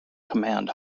command